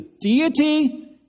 deity